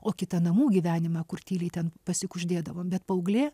o kitą namų gyvenimą kur tyliai ten pasikuždėdavo bet paauglė